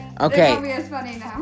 okay